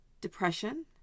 depression